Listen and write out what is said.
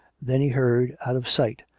then he heard, out of sight,